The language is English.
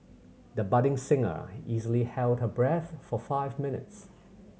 the budding singer easily held her breath for five minutes